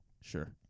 Sure